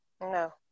no